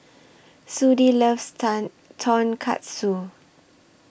Sudie loves Tonkatsu